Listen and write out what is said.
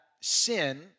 sin